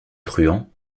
truands